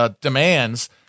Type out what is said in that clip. demands